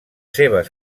seves